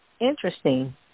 Interesting